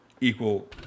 equal